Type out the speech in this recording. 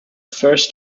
first